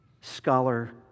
scholar